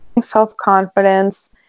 self-confidence